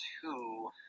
two